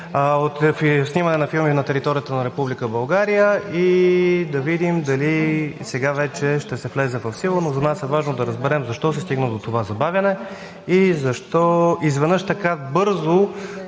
от снимане на филми на територията на Република България и да видим дали сега вече ще влезе в сила? За нас е важно да разберем защо се стигна до това забавяне и защо изведнъж така бързо